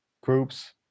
groups